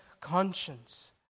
conscience